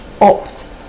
opt